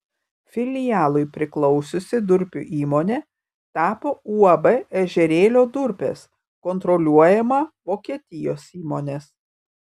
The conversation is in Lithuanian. filialui priklausiusi durpių įmonė tapo uab ežerėlio durpės kontroliuojama vokietijos įmonės